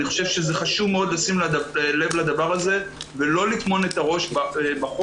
אני חושב שחשוב מאוד לשים לב לדבר הזה ולא לטמון את הראש בחול.